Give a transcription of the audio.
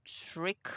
trick